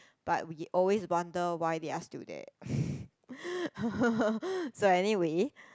but we always wonder why they are still there so anyway